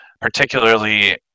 particularly